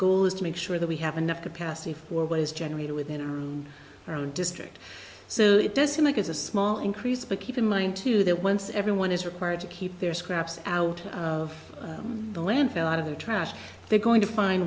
goal is to make sure that we have enough capacity for what is generated within our own district so it does seem like it's a small increase but keep in mind too that once everyone is required to keep their scraps out of the landfill out of the trash they're going to find